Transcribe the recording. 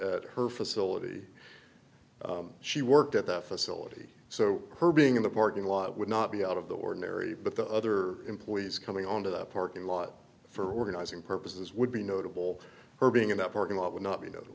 at her facility she worked at that facility so her being in the parking lot would not be out of the ordinary but the other employees coming on to the parking lot for organizing purposes would be notable for being in that parking lot would not be no